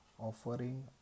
Offering